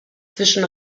zwischen